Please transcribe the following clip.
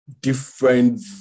different